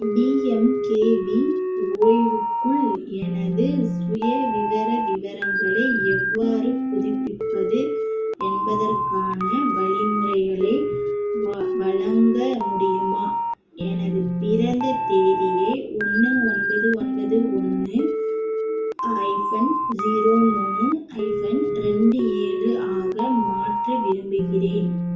PMKV ஓய்வுக்குள் எனது சுயவிவர விவரங்களை எவ்வாறு புதுப்பிப்பது என்பதற்கான வழிமுறைகளை வ வழங்க முடியுமா எனது பிறந்த தேதியை ஒன்று ஒன்பது ஒன்பது ஒன்று ஐஃபன் ஜீரோ மூணு ஐஃபன் ரெண்டு ஏழு ஆக மாற்ற விரும்புகிறேன்